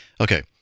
Okay